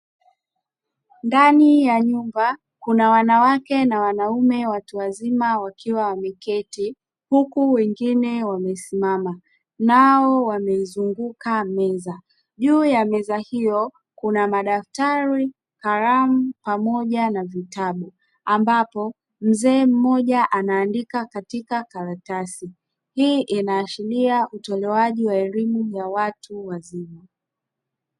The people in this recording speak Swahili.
Ndani ya nyumba kuna wanawake na wanaume watu wazima wakiwa wameketi huku wengine wamesimama nao wameizunguka meza, juu ya meza hiyo kuna madaftari kalamu pamoja na vitabu ambapo mzee mmoja anaandika katika karatasi, hii inaashiria utolewaji wa elimu ya watu wazima.